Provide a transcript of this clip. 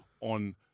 on